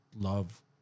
love